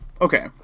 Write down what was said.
Okay